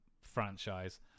franchise